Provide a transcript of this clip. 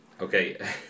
okay